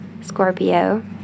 Scorpio